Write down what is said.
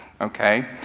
okay